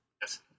Yes